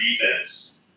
defense